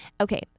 Okay